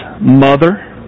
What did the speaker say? mother